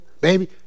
baby